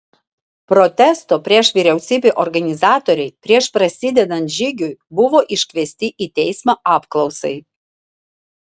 protesto prieš vyriausybę organizatoriai prieš prasidedant žygiui buvo iškviesti į teismą apklausai